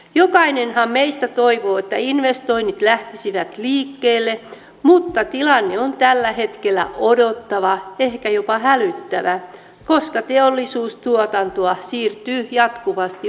jokainenhan meistä toivoo että investoinnit lähtisivät liikkeelle mutta tilanne on tällä hetkellä odottava ehkä jopa hälyttävä koska teollisuustuotantoa siirtyy jatkuvasti ulkomaille